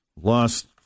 lost